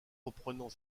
reprenant